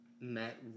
met